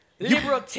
Liberal